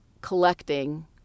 collecting